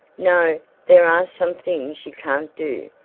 no, there are some things you can't do.